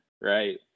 right